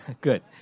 Good